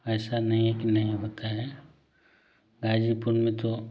ऐसा नहीं है कि नहीं होता है ग़ाज़ीपुर में तो